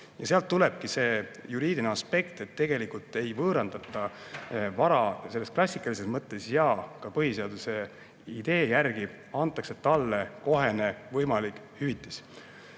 Sealt tulebki see juriidiline aspekt, et tegelikult ei võõrandata vara selles klassikalises mõttes ja järgides ka põhiseadust, antakse talle kohene võimalik hüvitis.